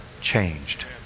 changed